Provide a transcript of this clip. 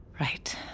Right